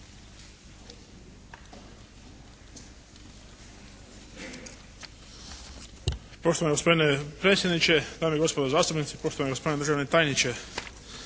Hvala.